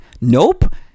Nope